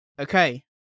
okay